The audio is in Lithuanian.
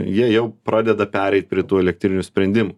jie jau pradeda pereit prie tų elektrinių sprendimų